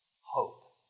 hope